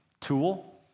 tool